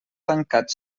tancat